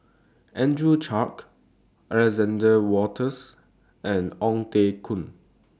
Andrew Clarke Alexander Wolters and Ong Teng Koon